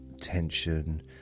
tension